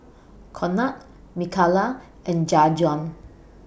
Conard Micaela and Jajuan